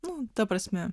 nu ta prasme